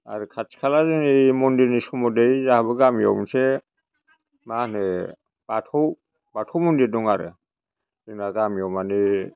आरो खाथिखाला मन्दिरनि सोमोन्दै जोंहाबो गामियाव जोंहाबो एसे माहोनो बाथौ बाथौ मन्दिर दं आरो जोंना गामियाव माने